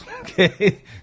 okay